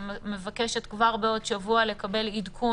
אני מבקשת כבר בעוד שבוע לקבל עדכון